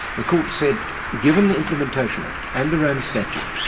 the court said given the implementation act and the rome statute,